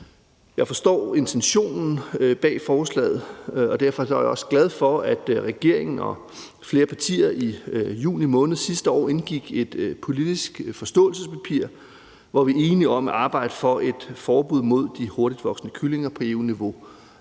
jeg forstår intentionen bag forslaget. Derfor er jeg også glad for, at regeringen og flere partier i juni måned sidste år indgik et politisk forståelsespapir om, at vi er enige om at arbejde for et forbud mod de hurtigtvoksende kyllinger på EU-niveau.